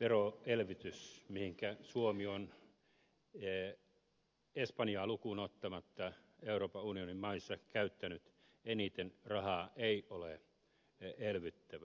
veroelvytys mihinkä suomi on espanjaa lukuun ottamatta euroopan unionin maista käyttänyt eniten rahaa ei ole elvyttävää